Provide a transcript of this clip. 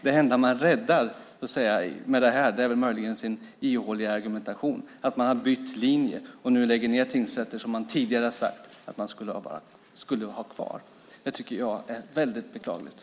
Det enda man räddar är möjligen sin ihåliga argumentation, att man bytt linje och nu lägger ned tingsrätter som man tidigare sagt skulle finnas kvar. Det tycker jag är mycket beklagligt.